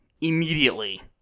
immediately